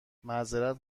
معذرت